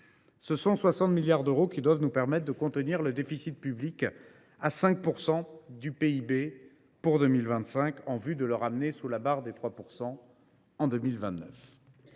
ce sont 60 milliards d’euros qui doivent nous permettre de contenir le déficit public à 5 % du PIB pour 2025, en vue de le ramener sous la barre des 3 % en 2029.